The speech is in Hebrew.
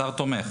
השר תומך,